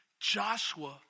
Joshua